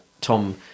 Tom